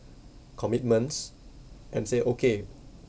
commitments and say okay